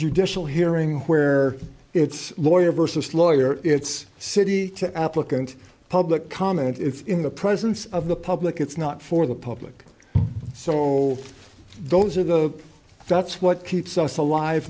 judicial hearing where it's lawyer versus lawyer it's city to applicant public comment it's in the presence of the public it's not for the public so those who go that's what keeps us alive